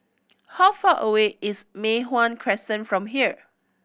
how far away is Mei Hwan Crescent from here